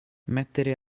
mettere